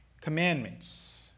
Commandments